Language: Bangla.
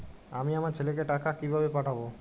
আমি আমার ছেলেকে টাকা কিভাবে পাঠাব?